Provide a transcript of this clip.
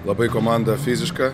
labai komanda fiziška